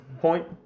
point